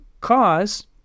cause